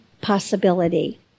possibility